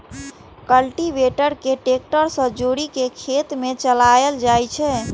cultivator कें tractor सं जोड़ि कें खेत मे चलाएल जाइ छै